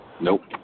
Nope